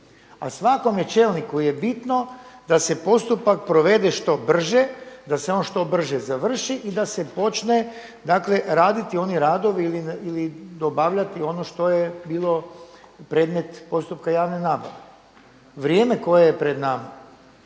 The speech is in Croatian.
A svakome čelniku je bitno da se postupak provede što brže, da se on što brže završi i da se počne dakle raditi oni radovi ili dobavljati ono što je bilo predmet postupka javne nabave. Vrijeme koje je pred nama,